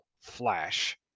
flash